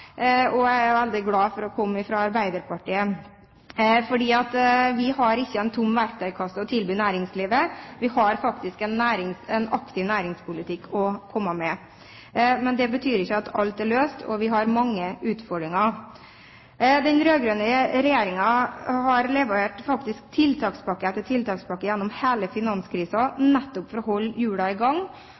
Og jeg er veldig glad for å komme fra Arbeiderpartiet, for vi har ikke en tom verktøykasse å tilby næringslivet, vi har faktisk en aktiv næringspolitikk å komme med. Men det betyr ikke at alt er løst, og vi har mange utfordringer. Den rød-grønne regjeringen har faktisk levert tiltakspakke etter tiltakspakke gjennom hele finanskrisen nettopp for å holde hjulene i gang,